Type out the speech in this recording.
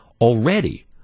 already